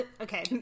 Okay